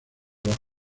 los